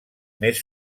més